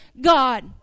God